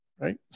right